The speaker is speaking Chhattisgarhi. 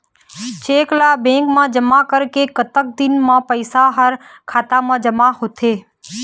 चेक ला बैंक मा जमा करे के कतक दिन मा पैसा हा खाता मा जमा होथे थे?